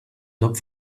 look